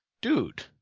dude